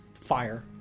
fire